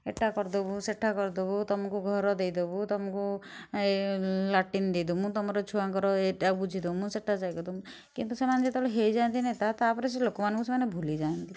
ଏଇଟା କରିଦେବୁ ସେଠା କରିଦେବୁ ତମକୁ ଘର ଦେଇଦେବୁ ତମକୁ ଏ ଲାଟ୍ରିନ୍ ଦେଇଦେବୁ ତମର ଛୁଆଙ୍କର ଏଇଟା ବୁଝିଦେବୁ ସେଇଟା କିନ୍ତୁ ସେମାନେ ଯେତେବେଳେ ହେଇଯାନ୍ତିନି ତା' ପରେ ସେ ଲୋକମାନଙ୍କୁ ସେମାନେ ଭୁଲିଯାଆନ୍ତି